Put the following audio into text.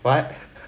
what